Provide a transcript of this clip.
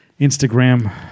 Instagram